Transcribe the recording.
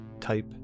type